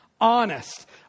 Honest